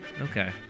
Okay